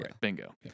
Bingo